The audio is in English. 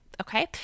Okay